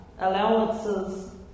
allowances